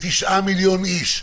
ב-9 מיליון איש.